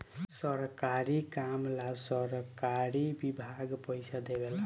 सरकारी काम ला सरकारी विभाग पइसा देवे ला